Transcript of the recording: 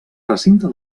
recinte